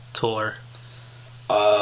tour